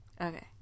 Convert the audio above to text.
Okay